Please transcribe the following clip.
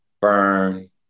burn